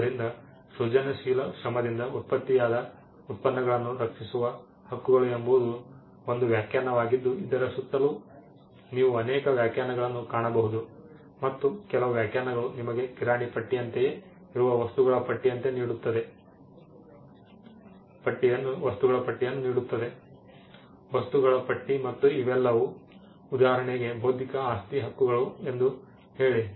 ಆದ್ದರಿಂದ ಸೃಜನಶೀಲ ಶ್ರಮದಿಂದ ಉತ್ಪತ್ತಿಯಾದ ಉತ್ಪನ್ನಗಳನ್ನು ರಕ್ಷಿಸುವ ಹಕ್ಕುಗಳು ಎಂಬುದು ಒಂದು ವ್ಯಾಖ್ಯಾನವಾಗಿದ್ದು ಇದರ ಸುತ್ತಲೂ ನೀವು ಅನೇಕ ವ್ಯಾಖ್ಯಾನಗಳನ್ನು ಕಾಣಬಹುದು ಮತ್ತು ಕೆಲವು ವ್ಯಾಖ್ಯಾನಗಳು ನಿಮಗೆ ಕಿರಾಣಿ ಪಟ್ಟಿಯಂತೆಯೇ ಇರುವ ವಸ್ತುಗಳ ಪಟ್ಟಿಯನ್ನು ನೀಡುತ್ತದೆ ವಸ್ತುಗಳ ಪಟ್ಟಿ ಮತ್ತು ಇವೆಲ್ಲವೂ ಉದಾಹರಣೆಗೆ ಬೌದ್ಧಿಕ ಆಸ್ತಿ ಹಕ್ಕುಗಳು ಎಂದು ಹೇಳಿ